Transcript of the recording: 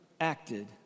acted